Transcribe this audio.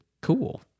cool